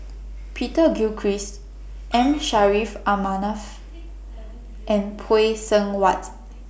Peter Gilchrist M Saffri A Manaf and Phay Seng Whatt